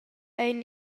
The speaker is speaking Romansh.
ein